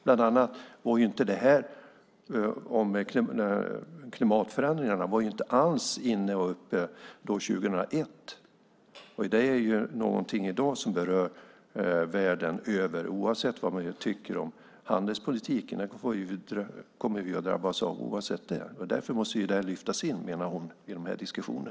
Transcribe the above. Bland annat var klimatförändringarna inte alls uppe år 2001. Det är någonting som i dag berör världen över oavsett vad man tycker om handelspolitiken. Det kommer vi att drabbas av oavsett den. Det måste därför lyftas in, menar hon, i dessa diskussioner.